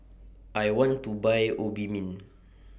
I want to Buy Obimin